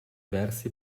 versi